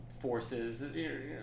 forces